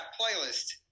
playlist